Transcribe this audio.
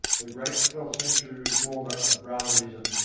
the great twelfth-century reformer of brahmanism,